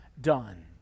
done